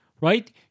right